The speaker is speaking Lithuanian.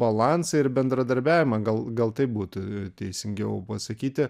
balansą ir bendradarbiavimą gal gal taip būtų teisingiau pasakyti